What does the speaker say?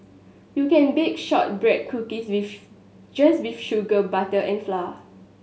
you can bake shortbread cookies just with sugar butter and flour